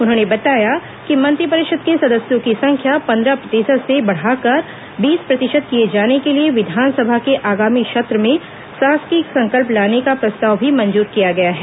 उन्होंने बताया कि मंत्रिपरिषद के सदस्यों की संख्या पन्द्रह प्रतिशत से बढ़ाकर बीस प्रतिशत किए जाने के लिए विधानसभा के आगामी सत्र में शासकीय संकल्प लाने का प्रस्ताव भी मंजूर किया गया है